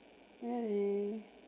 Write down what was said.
really